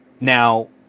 Now